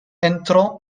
entrò